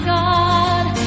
God